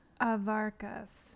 Avarkas